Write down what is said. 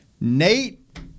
Nate